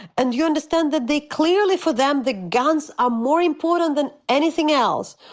and you understand that they clearly for them the guns are more important than anything else,